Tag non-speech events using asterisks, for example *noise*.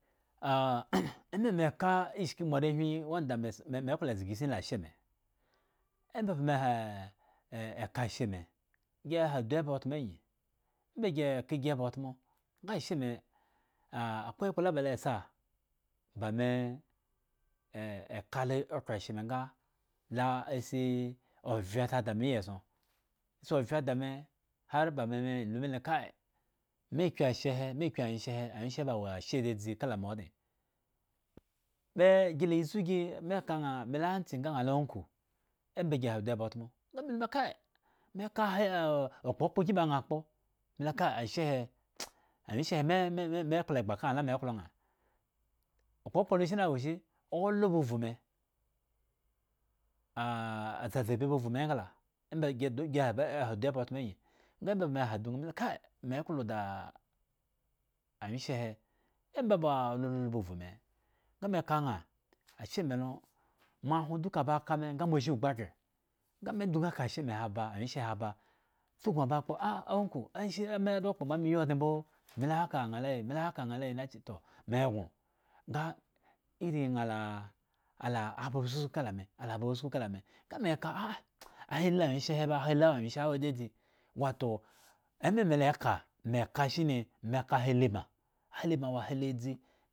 *hesitation* *noise* ema me ka ishki moarehwin wanda me se meklo zgasin la ashe me emba ba ah eka ashe me gi ehadu eba utmo angyi, omba gi eka gi eba utmu nga ashe me ah akwe la ba lo sa ba me ekalo okhro ashe me nga lo asi ovye si ada me iyieson si ovye da me hare ba me lumile kaime kyu ashe he kyu awyensh he, awyenshe he ba wo ashe adzadzi kala me odŋe be gi la zugi me ka ŋha melu anti nga ŋha la uncle omba gi hadu okhro utmo melu ma kai me ka ha okpokpo kyin ba ŋha kpo me lu ma kai ashe he, *noise* awyenshe he me me kpla egba ka ŋha la me klo ŋha okpokpo lo shine awo shi olo ba vhu me ah zazabi ba vhume engla emba gi gi hadu eba utmu angyi nga emba ba gi hadu nga lu ma kai me klo da awyenshe he, emba ba ololo ba vhu me nga me ka ŋha, asheme lo, mo ahwon duka baka me nga mo azhin ugbu aghre nga me dzu nga me ka ashe, me he aba awyenshe he aba suknu ba akpo ishi uncle ishi a do kpo mbo ame yi odŋe mbo, me la haka? Ŋha la a, me la haka? Ŋha la a na che toh me gŋo, nga irii aŋhalala ba susku kala me la ba susku kala ne nga me ka ahahi awyeshe he ba, ahahi awyenshehe awo adzadzi eme me la ka me ka shini me ka ahali baŋ ahali baŋ wo ahahi adzi